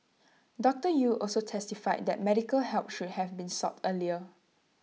doctor Yew also testified that medical help should have been sought earlier